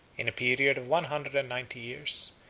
in a period of one hundred and ninety years,